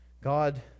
God